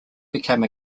became